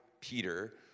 Peter